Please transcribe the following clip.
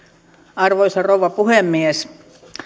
arvoisa rouva puhemies